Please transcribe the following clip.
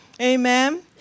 Amen